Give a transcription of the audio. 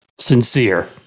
Sincere